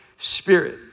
Spirit